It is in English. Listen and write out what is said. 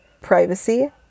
Privacy